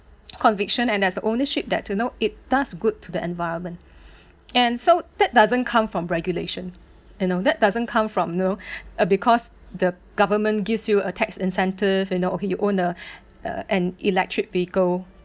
conviction and there's ownership that you know it does good to the environment and so that doesn't come from regulation you know that doesn't come from you know a because the government gives you a tax incentive you know okay you own an an electric vehicle